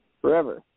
forever